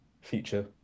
future